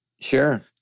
Sure